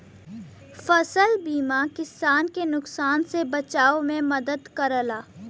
फसल बीमा किसान के नुकसान से बचाव में मदद करला